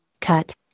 Cut